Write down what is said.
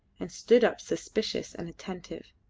and stood up suspicious and attentive.